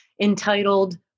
entitled